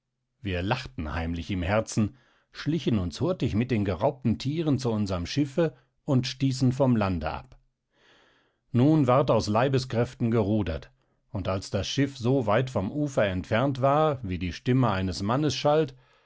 wir lachten heimlich im herzen schlichen uns hurtig mit den geraubten tieren zu unserm schiffe und stießen vom lande ab nun ward aus leibeskräften gerudert und als das schiff so weit vom ufer entfernt war wie die stimme eines mannes schallt